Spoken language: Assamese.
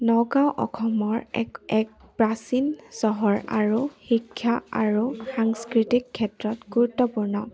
নগাঁও অসমৰ এক এক প্ৰাচীন চহৰ আৰু শিক্ষা আৰু সাংস্কৃতিক ক্ষেত্ৰত গুৰুত্বপূৰ্ণ